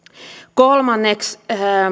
kolmanneksi